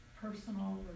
personal